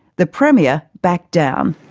the premier backed down.